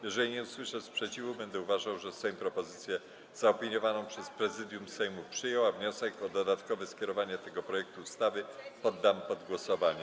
Jeżeli nie usłyszę sprzeciwu, będę uważał, że Sejm propozycję zaopiniowaną przez Prezydium Sejmu przyjął, a wniosek o dodatkowe skierowanie tego projektu ustawy poddam pod głosowanie.